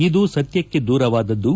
ಇದು ಸತ್ಕಕ್ಕೆ ದೂರವಾದದ್ದು